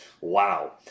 wow